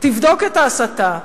תבדוק את ההסתה.